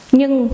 nhưng